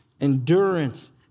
endurance